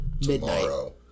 tomorrow